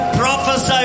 prophesy